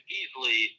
easily –